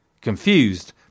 Confused